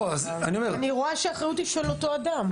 אני רואה שהאחריות היא של אותו אדם.